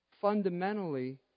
fundamentally